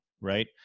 right